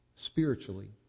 spiritually